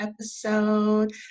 episode